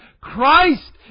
Christ